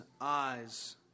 eyes